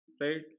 Right